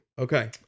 Okay